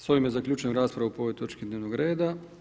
S ovime zaključujem raspravu po ovoj točki dnevnog reda.